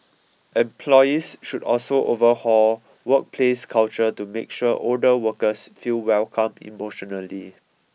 employees should also overhaul workplace culture to make sure older workers feel welcome emotionally